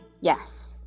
yes